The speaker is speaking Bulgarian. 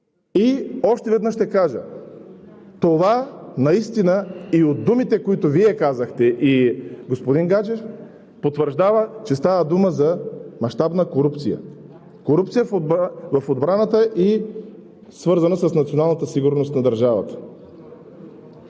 Още веднъж ще кажа: това от думите, които Вие казахте, а и господин Гаджев, потвърждава, че става дума за мащабна корупция – корупция в отбраната, свързана с националната сигурност на държавата.